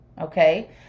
okay